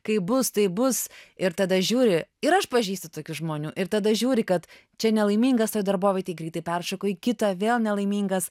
kaip bus taip bus ir tada žiūri ir aš pažįstu tokių žmonių ir tada žiūri kad čia nelaimingas toj darbovietėj greitai peršoku į kitą vėl nelaimingas